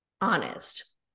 honest